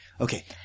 Okay